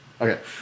okay